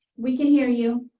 we can hear you.